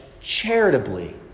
charitably